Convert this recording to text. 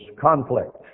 conflict